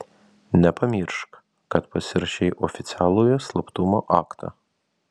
nepamiršk kad pasirašei oficialųjį slaptumo aktą